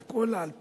על קולה, על פיצה,